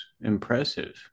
impressive